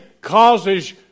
causes